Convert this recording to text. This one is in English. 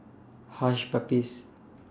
Hush Puppies